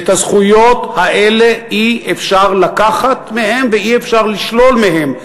ואת הזכויות האלה אי-אפשר לקחת מהם ואי-אפשר לשלול מהם.